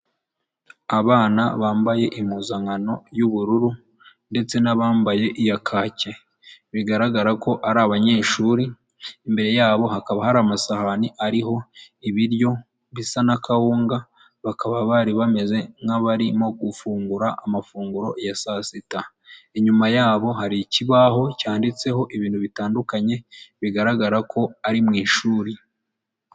Abana bambaye impuzankano y'ubururu ndetse n'abambaye iya kake, bigaragara ko ari abanyeshuri, imbere yabo hakaba hari amasahani ariho ibiryo bisa na kawunga, bakaba bari bameze nk'abarimo gufungura amafunguro ya saa sita, inyuma yabo hari ikibaho cyanditseho ibintu bitandukanye bigaragara ko ari mu ishuri.